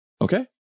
Okay